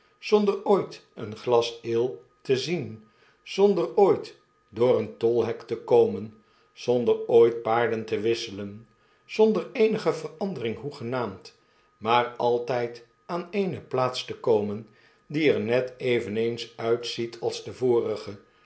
zonder ooit een glas ale te zien zonder ooit door een tolhek te komen zonder ooit paarden te wisselen zonder eenige verandering hoegenaamd maar altijd aan eene plaats te komen die er net eveneens uitziet als de vorige